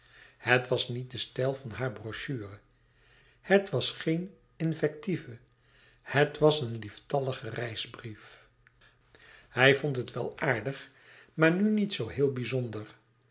het was niet de stijl van hare brochure het was geen invective het was een lieftallige reisbrief hij vond het wel aardig maar nu niet zoo héel bizonder